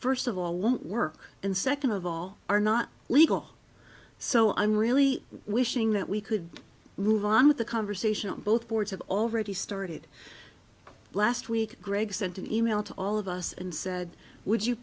first of all won't work and second of all are not legal so i'm really wishing that we could move on with the conversation both boards have already started last week greg sent an e mail to all of us and said would you